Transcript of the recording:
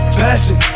passion